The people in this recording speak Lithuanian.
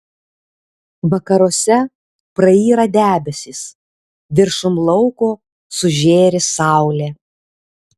vakaruose prayra debesys viršum lauko sužėri saulė